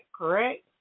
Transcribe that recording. correct